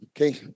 okay